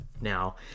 now